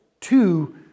two